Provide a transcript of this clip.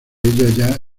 ella